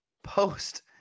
post